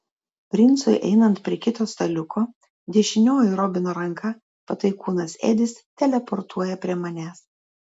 princui einant prie kito staliuko dešinioji robino ranka pataikūnas edis teleportuoja prie manęs